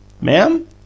Ma'am